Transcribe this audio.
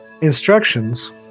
Instructions